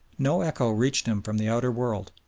no echo reached him from the outer world,